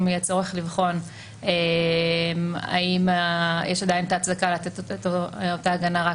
יהיה צורך לבחון האם יש עדין את ההצדקה לתת את אותה הגנה רק